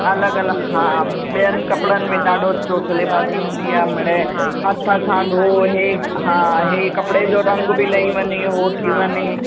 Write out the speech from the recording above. अलॻि अलॻि हा ॿियनि कपिड़नि में ॾाढो चोचलेबाजी हूंदी आहे मिड़ई हथ सां धो हे हा हे कपिड़े जो रंग बि लयी वञे हो थी वञे